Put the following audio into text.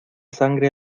sangre